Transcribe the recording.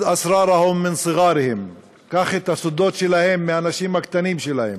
(אומר בערבית ומתרגם:) קח את הסודות שלהם מהאנשים הקטנים שלהם.